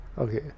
Okay